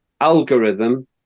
algorithm